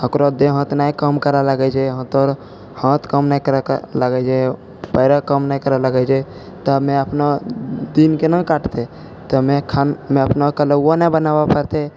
ओकरो देह हाथ नहि काम करै लगै छै जे हाथ काम नहि करै कऽ लागै छै पैरऽ काम नहि करै लगै छै तऽमे अपना दिन कोना काटतै तऽमे अपना कलौओ नहि बनाबऽ पड़तै